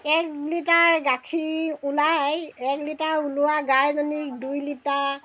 এক লিটাৰ গাখীৰ ওলায় এক লিটাৰ ওলোৱা গাইজনীক দুই লিটাৰ